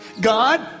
God